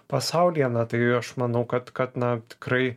pasaulyje na tai aš manau kad kad na tikrai